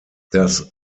das